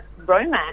romance